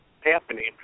happening